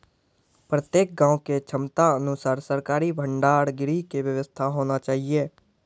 प्रत्येक गाँव के क्षमता अनुसार सरकारी भंडार गृह के व्यवस्था होना चाहिए?